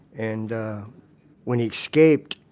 and when he escaped,